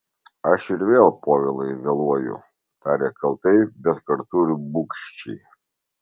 aš ir vėl povilai vėluoju tarė kaltai bet kartu ir bugščiai